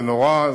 זה נורא,